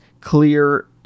clear